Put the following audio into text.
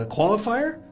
Qualifier